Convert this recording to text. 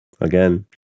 Again